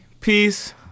peace